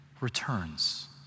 returns